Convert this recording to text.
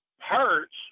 Hurts